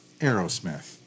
Aerosmith